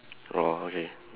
oh okay